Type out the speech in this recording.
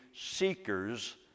seekers